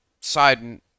side